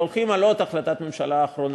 אלא הולכים על עוד החלטת ממשלה אחרונה,